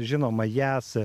žinoma jas